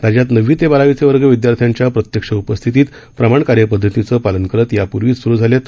राज्यात नववी ते बारावीचे वर्ग विद्यार्थ्यांच्या प्रत्यक्ष उपस्थित प्रमाण कार्यपद्धतीचं पालन करत यापूर्वीच स्रु झाले आहेत